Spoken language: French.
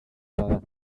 sœurs